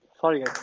Sorry